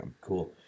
Cool